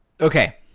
Okay